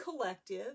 collective